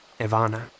Ivana